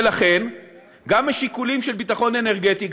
ולכן גם משיקולים של ביטחון אנרגטי,